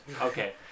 Okay